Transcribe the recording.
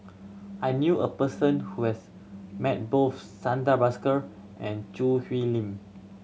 I knew a person who has met both Santha Bhaskar and Choo Hwee Lim